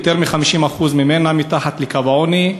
יותר מ-50% ממנה מתחת לקו העוני,